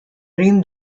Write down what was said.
egin